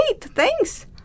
thanks